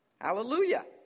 Hallelujah